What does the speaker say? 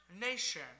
nation